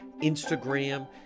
instagram